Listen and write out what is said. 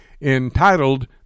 entitled